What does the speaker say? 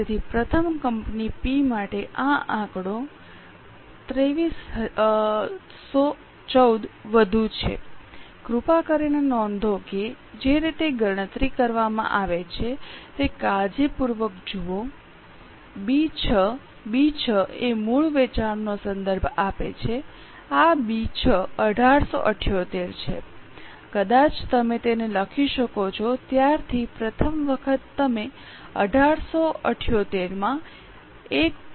તેથી પ્રથમ company P માટે આ આંકડો 2314 વધુ છે કૃપા કરીને નોંધો કે જે રીતે ગણતરી કરવામાં આવે છે તે કાળજીપૂર્વક જુઓ B 6 B 6 એ મૂળ વેચાણનો સંદર્ભ આપે છે આ બી 6 1878 છે કદાચ તમે તેને લખી શકો છો ત્યારથી પ્રથમ વખત તમે 1878 માં 1